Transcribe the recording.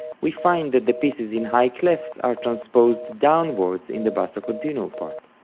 we find that the pieces in high clefs are transposed downwards in the basso continuo part.